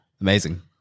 Amazing